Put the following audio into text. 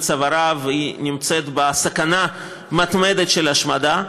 צווארה והיא נמצאת בסכנה מתמדת של השמדה.